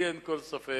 לי אין כל ספק